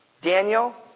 Daniel